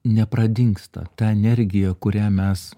nepradingsta ta energija kurią mes